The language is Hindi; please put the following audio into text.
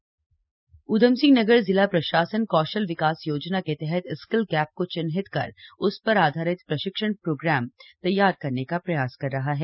कौशल विकास योजना उधमसिंह नगर जिला प्रशासन कौशल विकास योजना के तहत स्किल गैप को चिन्हित कर उस पर आधारित प्रशिक्षण प्रोग्राम तैयार करने का प्रयास कर रहा है